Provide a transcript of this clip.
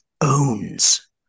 owns